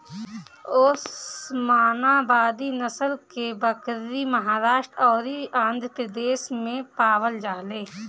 ओस्मानावादी नसल के बकरी महाराष्ट्र अउरी आंध्रप्रदेश में पावल जाले